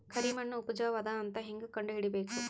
ಕರಿಮಣ್ಣು ಉಪಜಾವು ಅದ ಅಂತ ಹೇಂಗ ಕಂಡುಹಿಡಿಬೇಕು?